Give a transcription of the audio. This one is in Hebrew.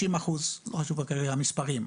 90% , משהו כזה המספרים.